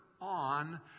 on